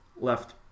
left